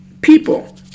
people